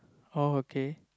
oh okay